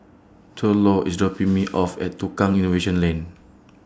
Thurlow IS dropping Me off At Tukang Innovation Lane